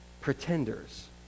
pretenders